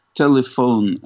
telephone